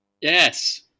Yes